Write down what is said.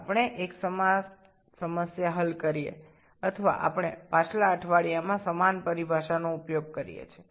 আমরা একটি অনুরূপ সমস্যা সমাধান করেছি বা আমরা আগের সপ্তাহে একই রকম পরিভাষা ব্যবহার করেছি